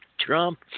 Trump